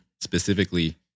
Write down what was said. specifically